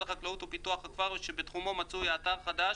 החקלאות ופיתוח הכפר שבתחומו מצוי האתר החדש,